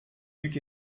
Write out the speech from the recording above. duc